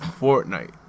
Fortnite